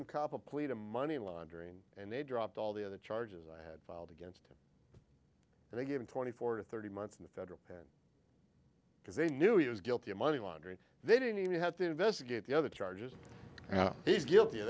plea to money laundering and they dropped all the other charges i had filed against him and they gave him twenty four to thirty months in the federal pen because they knew he was guilty of money laundering they didn't even have to investigate the other charges now he's guilty of